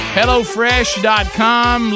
hellofresh.com